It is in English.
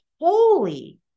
holy